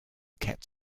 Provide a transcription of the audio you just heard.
kept